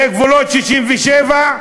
זה גבולות 67'